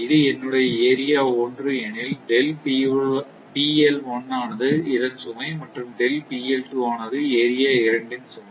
இது என்னுடைய ஏரியா 1 எனில் ஆனது இதன் சுமை மற்றும் ஆனது ஏரியா 2 ன் சுமை